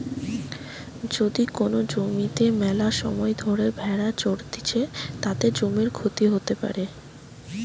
যদি কোন জমিতে মেলাসময় ধরে ভেড়া চরতিছে, তাতে জমির ক্ষতি হতে পারে